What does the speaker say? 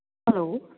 hello